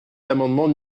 l’amendement